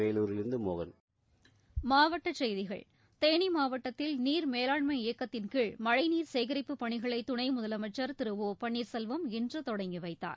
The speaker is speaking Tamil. வேலாரில் இருந்து மோகன் மாவட்டச் செய்திகள் தேனி மாவட்டத்தில் நீர் மேலாண்மை இயக்கத்திள் கீழ் மழை நீர் சேகரிப்புப் பணிகளை துணை முதலமைச்சர் திரு ஓ பன்ளீர் செல்வம் இன்று தொடங்கி வைத்தார்